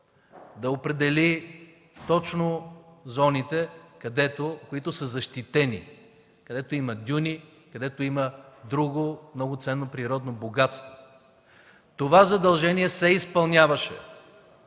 да определи точно зоните, които са защитени, където има дюни и друго много ценно природно богатство. Това задължение се изпълняваше.